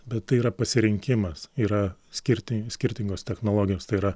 bet tai yra pasirinkimas yra skirti skirtingos technologijos tai yra